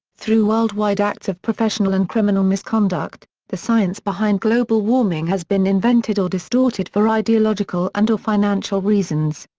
through worldwide acts of professional and criminal misconduct, the science behind global warming has been invented or distorted for ideological and or financial reasons.